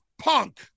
punk